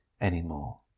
anymore